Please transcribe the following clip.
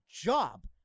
job